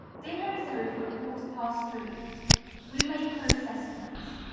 dinner is over at quarter past three we make close estimates.